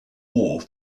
war